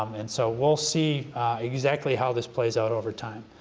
um and so we'll see exactly how this plays out over time,